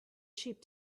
sheep